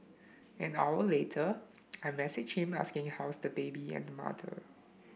an hour later I messaged him asking how's the baby and mother